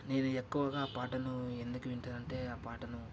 నేను ఎక్కువగా ఆ పాటను ఎందుకు వింటాను ఆ పాటను